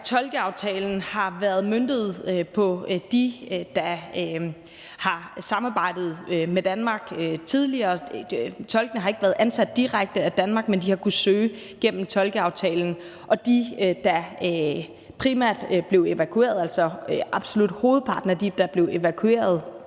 Tolkeaftalen har været møntet på dem, der har samarbejdet med Danmark tidligere – tolkene har ikke været ansat direkte af Danmark, men de har kunnet søge gennem tolkeaftalen – og på dem, der primært blev evakueret. Altså, absolut hovedparten af dem, der blev evakueret